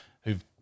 who've